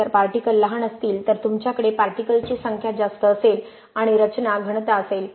जर पार्टिकललहान असतील तर तुमच्याकडे पार्टिकल्स ची संख्या जास्त असेल आणि रचना घनता असेल